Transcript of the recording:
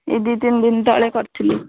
ଏଇ ଦୁଇ ତିନି ଦିନ ତଳେ କରିଥିଲି